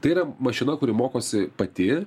tai yra mašina kuri mokosi pati